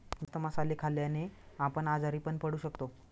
जास्त मसाले खाल्ल्याने आपण आजारी पण पडू शकतो